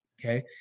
Okay